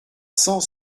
cent